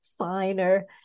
finer